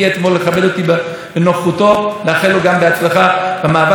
שהיום בשדולה שלנו בענייני הר הבית אמר שהוא מודה